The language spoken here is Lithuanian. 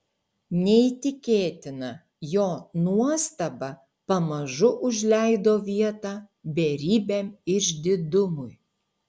neįtikėtina jo nuostaba pamažu užleido vietą beribiam išdidumui